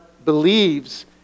believes